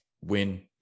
win